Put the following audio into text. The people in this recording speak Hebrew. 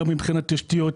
מבחינת תשתיות,